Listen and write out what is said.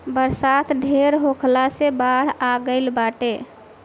बरसात ढेर होखला से बाढ़ आ गइल बाटे